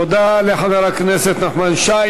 תודה לחבר הכנסת נחמן שי.